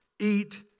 eat